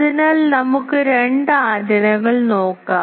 അതിനാൽ നമുക്ക് രണ്ട് ആന്റിനകൾ നോക്കാം